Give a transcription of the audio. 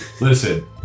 listen